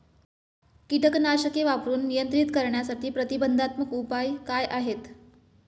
कीटकनाशके वापरून नियंत्रित करण्यासाठी प्रतिबंधात्मक उपाय काय आहेत?